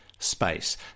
Space